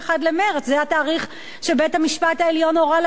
זה התאריך שבית-המשפט העליון הורה לה לעשות את זה,